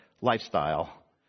lifestyle